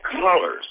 colors